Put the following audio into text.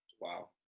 Wow